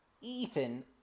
Ethan